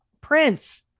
Prince